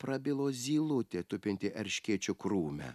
prabilo zylutė tupinti erškėčių krūme